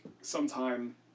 sometime